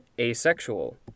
asexual